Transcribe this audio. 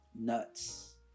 nuts